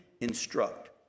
instruct